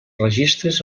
registres